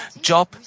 Job